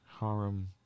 harem